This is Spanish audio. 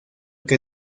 que